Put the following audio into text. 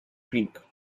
creek